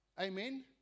Amen